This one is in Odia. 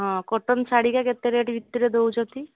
ହଁ କଟନ୍ ଶାଢ଼ୀକା କେତେ ରେଟ୍ ଭିତରେ ଦେଉଛନ୍ତି